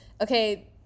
Okay